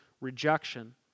rejection